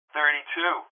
Thirty-two